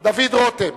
דוד רותם,